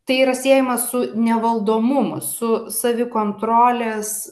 tai yra siejama su nevaldomumu su savikontrolės